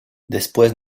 después